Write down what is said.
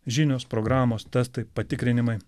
žinios programos testai patikrinimai